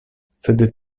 sed